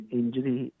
injury